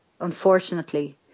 unfortunately